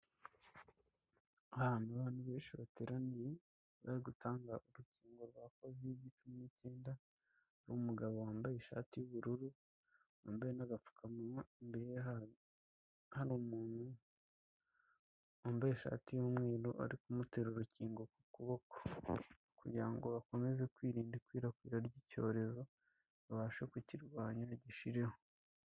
Ahantu abantu benshi bateraniye bari gutanga urukingo rwa covid-19, hari umugabo wambaye ishati y'ubururu wambaye n'agapfukamunwa, imbereye hari umuntu wambaye ishati y'umweru, ari kumutera urukingo ku kuboko kugira ngo bakomeze kwirinda ikwirakwira ry'icyorezo babashe kukirwanya gishiriraho.